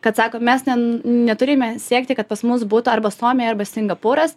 kad sako mes ten neturime siekti kad pas mus būtų arba suomija arba singapūras